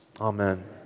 Amen